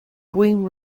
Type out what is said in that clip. guím